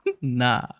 Nah